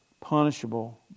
punishable